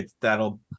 that'll